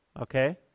okay